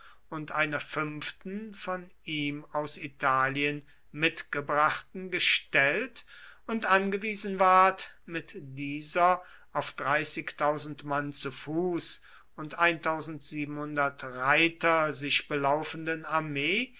und einer fünften von ihm aus italien mitgebrachten gestellt und angewiesen ward mit dieser auf mann zu fuß und reiter sich belaufenden armee